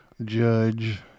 judge